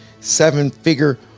seven-figure